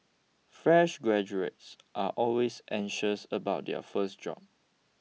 fresh graduates are always anxious about their first job